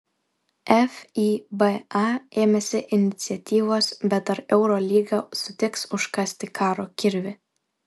fiba ėmėsi iniciatyvos bet ar eurolyga sutiks užkasti karo kirvį